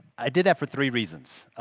i did that for three reasons.